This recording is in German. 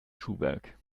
schuhwerk